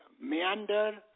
Meander